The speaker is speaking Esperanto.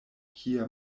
kie